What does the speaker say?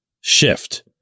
shift